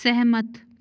सहमत